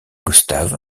gustav